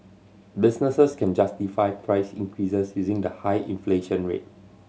businesses can justify price increases using the high inflation rate